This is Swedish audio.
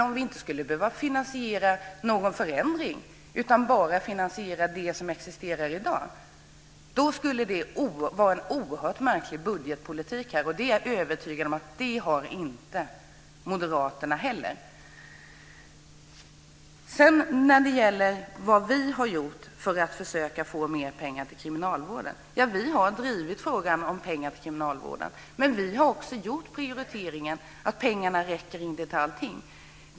Om vi inte skulle behöva finansiera någon förändring utan bara det som existerar i dag skulle det vara en oerhört märklig budgetpolitik, och jag är övertygad om att Moderaterna inte heller har en sådan. Sedan gällde det vad vi har gjort för att försöka få mer pengar till kriminalvården. Vi har drivit frågan om pengar till kriminalvården, men vi har också gjort prioriteringar eftersom pengarna inte räcker till allting.